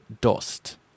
dust